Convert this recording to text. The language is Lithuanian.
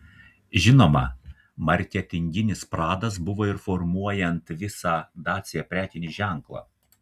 žinoma marketinginis pradas buvo ir formuojant visą dacia prekinį ženklą